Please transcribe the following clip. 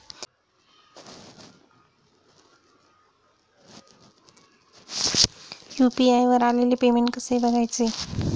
UPI वर आलेले payment कसे बघायचे?